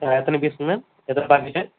ஆ எத்தனை பீஸுங்க மேம் எத்தனை பாக்கெட்டு